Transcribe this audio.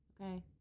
Okay